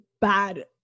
bad